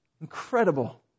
Incredible